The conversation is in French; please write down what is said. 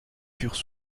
furent